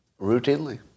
routinely